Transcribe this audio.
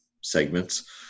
segments